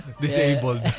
disabled